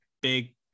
big